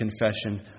confession